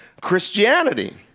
Christianity